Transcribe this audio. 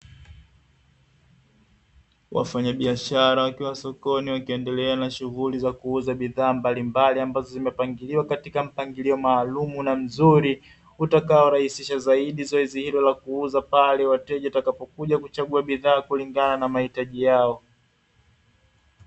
Wafanya biashara wakiwa sokoni wakiendelea na shughuli za kuuza bidhaa mbalimbali, ambazo zimepangiliwa katika mpangilio maalumu na mzuri, utakao rahisisha zaidi zoezi hilo la kuuza pale wateja watakapo kuja kuchagua bidhaa kulingana na mahitaji yao.